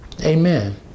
Amen